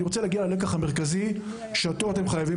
אני רוצה להגיע ללקח המרכזי שאותו אתם חייבים